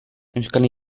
euskal